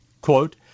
quote